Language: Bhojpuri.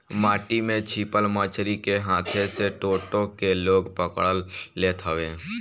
माटी में छिपल मछरी के हाथे से टो टो के लोग पकड़ लेत हवे